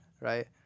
right